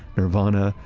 nirvana,